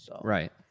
Right